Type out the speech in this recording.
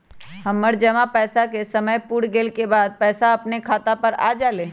हमर जमा पैसा के समय पुर गेल के बाद पैसा अपने खाता पर आ जाले?